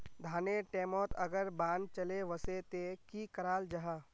धानेर टैमोत अगर बान चले वसे ते की कराल जहा?